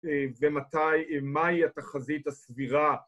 ומתי, מהי התחזית הסבירה